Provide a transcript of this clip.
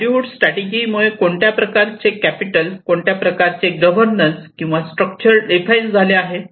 livelihood strategy मुळे कोणत्या प्रकारचे कॅपिटल कोणत्या प्रकारचे गव्हर्नन्स किंवा स्ट्रक्चर डिफाइन झाले आहे